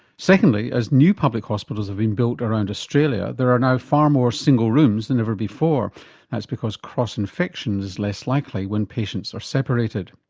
secondly, as new public hospitals have been built around australia, there are now far more single rooms than ever before that's because cross-infection is less likely when patients are separated.